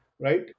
right